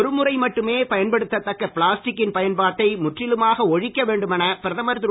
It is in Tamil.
ஒருமுறை மட்டுமே பயன்படுத்தத்தக்க பிளாஸ்டிக்கின் பயன்பாட்டை முற்றிலுமாக ஒழிக்க வேண்டுமென பிரதமர் திரு